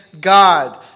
God